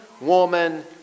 woman